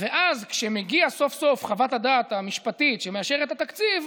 ואז כשמגיעה סוף סוף חוות הדעת המשפטית שמאשרת את התקציב,